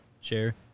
share